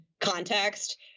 context